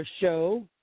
show